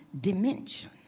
dimension